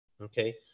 Okay